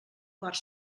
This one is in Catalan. quart